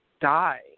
die